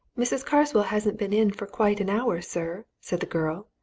mrs. carswell hasn't been in for quite an hour, sir, said the girl.